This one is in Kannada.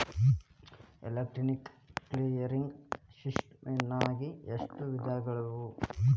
ಎಲೆಕ್ಟ್ರಾನಿಕ್ ಕ್ಲಿಯರಿಂಗ್ ಸಿಸ್ಟಮ್ನಾಗ ಎಷ್ಟ ವಿಧಗಳವ?